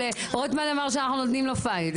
אבל רוטמן אמר שאנחנו נותנים לו פייט,